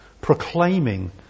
proclaiming